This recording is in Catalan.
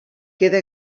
queda